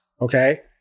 okay